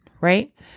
right